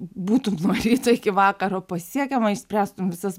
būtum ryto iki vakaro pasiekiama išspręstum visas